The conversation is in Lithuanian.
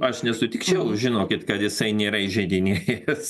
aš nesutikčiau žinokit kad jisai nėra įžeidinėjęs